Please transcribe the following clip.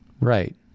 Right